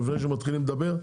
לפני שאתם מתחילים לדבר,